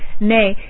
Nay